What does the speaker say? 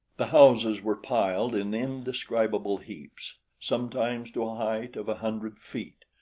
the houses were piled in indescribable heaps, sometimes to a height of a hundred feet.